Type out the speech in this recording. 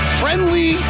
friendly